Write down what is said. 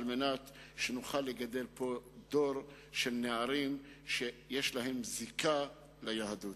על מנת שנוכל לגדל פה דור של נערים שיש להם זיקה ליהדות.